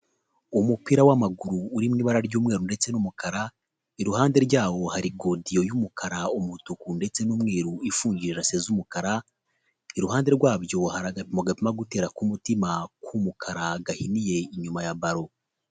Umupira w'amaguru uri mu ibara ry'umweru ndetse n'umukara iruhande rYawo hari godiYo y'umukara, umutuku ndetse n'umweru ifungiye rase z'umukara iruhande rwabyohari agapimo gapima gutera k'umutima k'umukara gahiniye inyuma ya balo.